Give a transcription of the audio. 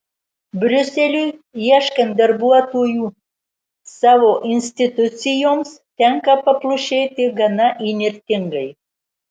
briuseliui ieškant darbuotojų savo institucijoms tenka paplušėti gana įnirtingai